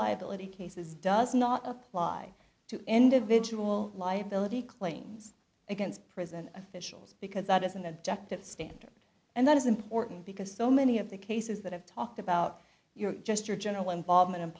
liability cases does not apply to individual liability claims against prison officials because that is an objective standard and that is important because so many of the cases that i've talked about your just your general involvement